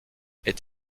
est